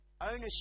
ownership